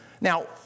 now